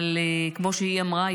אבל כמו שהיא אמרה,